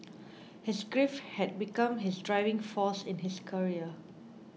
his grief had become his driving force in his career